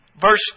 verse